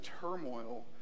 turmoil